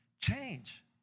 Change